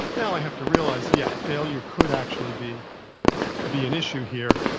now i have to realize, yeah, failure could actually be be an issue here,